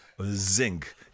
Zinc